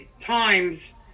times